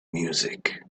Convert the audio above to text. music